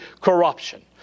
corruption